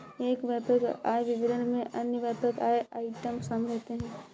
एक व्यापक आय विवरण में अन्य व्यापक आय आइटम शामिल होते हैं